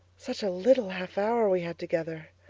such a little half hour we had together!